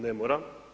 Ne mora.